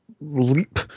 leap